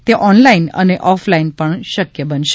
તે online અને offline પણ શકય બનશે